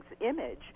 image